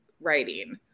writing